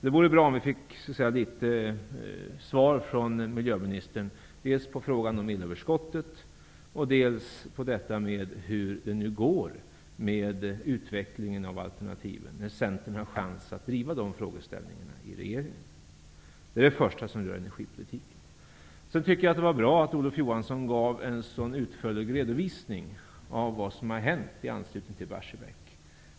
Det vore bra om vi fick svar från miljöministern dels på frågan om elöverskottet, dels på frågan om hur det går med utvecklingen av alternativen. Centern har ju chansen att driva dessa frågor i regeringen. Det var bra att Olof Johansson gav en så utförlig redovisning av vad som har hänt i anslutning till tillbudet i Barsebäck.